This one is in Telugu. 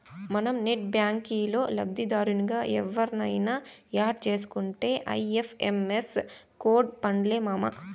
మనం నెట్ బ్యాంకిల్లో లబ్దిదారునిగా ఎవుర్నయిన యాడ్ సేసుకుంటే ఐ.ఎఫ్.ఎం.ఎస్ కోడ్తో పన్లే మామా